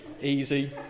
easy